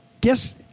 guess